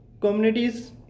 communities